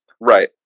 Right